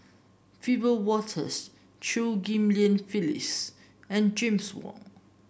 Wiebe Wolters Chew Ghim Lian Phyllis and James Wong